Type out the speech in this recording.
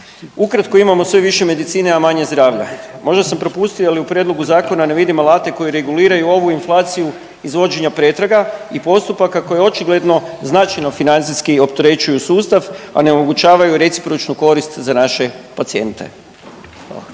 Ukratko, imamo sve više medicine, a manje zdravlja. Možda sam propustio ali u prijedlogu zakona ne vidim alate koji reguliraju ovu inflaciju izvođenja pretraga i postupaka koji očigledno značajno financijski opterećuju sustav, a ne omogućavaju recipročnu korist za naše pacijente.